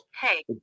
Hey